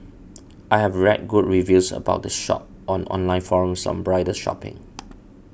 I have read good reviews about the shop on online forums on bridal shopping